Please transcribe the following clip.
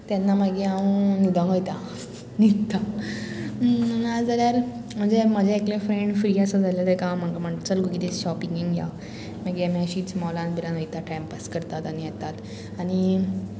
तेन्ना मागीर हांव न्हिदोंग वयता न्हिदता नाजाल्यार म्हणजे म्हाजे एकले फ्रेंड फ्री आसा जाल्यार तेका म्हण चल कितें शॉपिंगींग या मागीर मॅशीज मॉलान बिरान वयता टायम पास करतात आनी येतात आनी